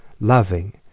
loving